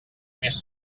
més